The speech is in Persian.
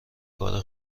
کار